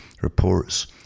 Reports